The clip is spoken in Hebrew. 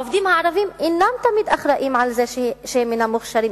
העובדים הערבים אינם תמיד אחראים לזה שהם אינם מוכשרים.